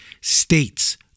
States